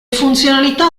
funzionalità